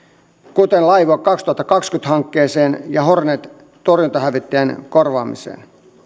kuten laivue kaksituhattakaksikymmentä hankkeeseen ja hornet torjuntahävittäjien korvaamiseen